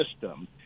system